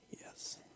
yes